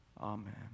Amen